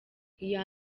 iya